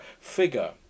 figure